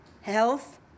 health